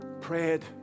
prayed